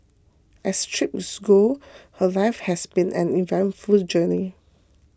as trips go her life has been an eventful journey